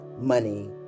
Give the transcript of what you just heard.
money